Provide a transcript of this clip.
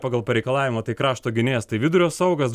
pagal pareikalavimą tai krašto gynėjas tai vidurio saugas